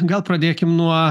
gal pradėkim nuo